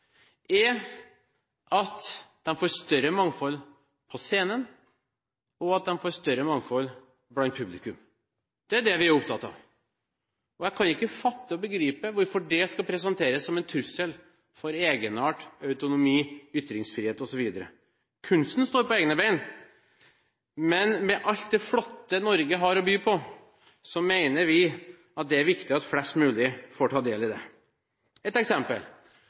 er at de får større mangfold på scenen, og at de får større mangfold blant publikum. Det er det vi er opptatt av, og jeg kan ikke fatte og begripe hvorfor det skal presenteres som en trussel mot egenart, autonomi, ytringsfrihet osv. Kunsten står på egne ben, men med alt det flotte Norge har å by på, mener vi at det er viktig at flest mulig får ta del i det. Et eksempel: